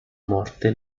morte